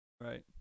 Right